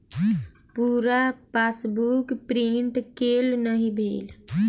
पूरा passbook print केल नहि भेल